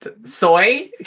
soy